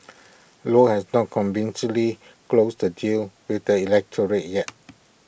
low has not convincingly closed the deal with the electorate yet